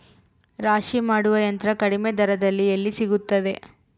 ರಾಶಿ ಮಾಡುವ ಯಂತ್ರ ಕಡಿಮೆ ದರದಲ್ಲಿ ಎಲ್ಲಿ ಸಿಗುತ್ತದೆ?